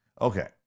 Okay